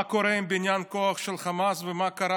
מה קורה עם בניין הכוח של החמאס ומה קרה